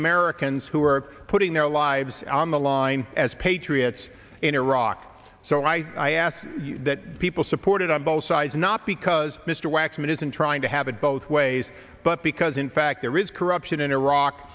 americans who are putting their lives on the line as patriots in iraq so i ask that people supported on both sides not because mr waxman isn't trying to have it both ways but because in fact there is corruption in iraq